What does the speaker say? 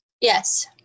Yes